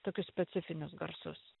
tokius specifinius garsus